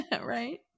Right